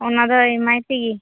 ᱚᱱᱟᱫᱚ ᱮᱢᱟᱭ ᱛᱮᱜᱮ